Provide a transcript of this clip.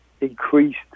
increased